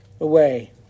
away